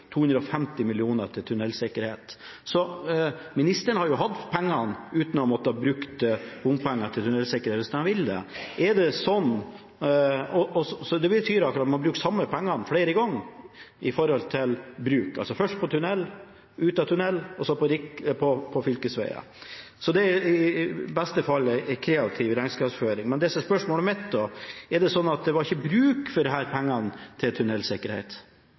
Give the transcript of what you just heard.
250 mill. kr til tunnelsikkerhet. Ministeren har jo hatt pengene uten å ha måttet bruke bompenger til tunnelsikkerhet, hvis han ville. Det betyr at man har brukt samme pengene flere ganger – først på tunnel, ut av tunnel og så på fylkesveier. Det er i beste fall en kreativ regnskapsføring. Spørsmålet mitt er da: Er det sånn at det ikke var bruk for disse pengene til